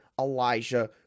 Elijah